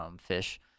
fish